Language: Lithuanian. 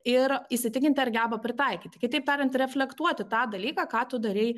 ir įsitikinti ar geba pritaikyti kitaip tariant reflektuoti tą dalyką ką tu darei